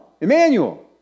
Emmanuel